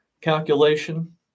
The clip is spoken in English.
calculation